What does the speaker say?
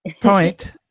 point